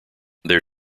there